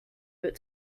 but